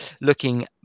looking